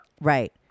Right